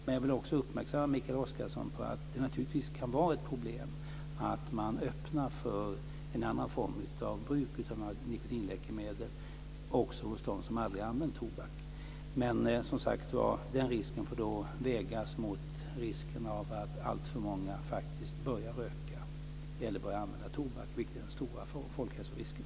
Men jag vill också uppmärksamma Mikael Oscarsson på att det naturligtvis kan vara ett problem att man öppnar för en annan form av bruk av nikotinläkemedel också hos dem som aldrig använt tobak. Men den risken får som sagt vägas mot risken av att alltför många börjar använda tobak, vilket är den stora folkhälsorisken.